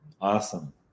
Awesome